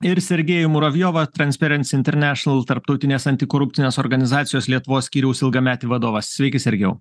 ir sergejų muravjovą transperens internešinal tarptautinės antikorupcinės organizacijos lietuvos skyriaus ilgametį vadovą sveiki sergėjau